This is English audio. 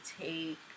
take